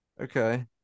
Okay